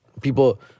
People